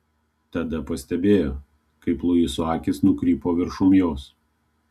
tada pastebėjo kaip luiso akys nukrypo viršum jos